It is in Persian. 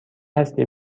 هستی